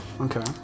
Okay